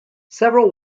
several